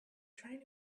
trying